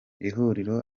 ihuriro